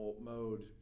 mode